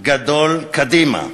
גדול קדימה.